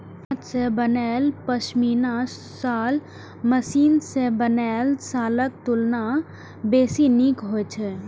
हाथ सं बनायल पश्मीना शॉल मशीन सं बनल शॉलक तुलना बेसी नीक होइ छै